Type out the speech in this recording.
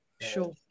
Sure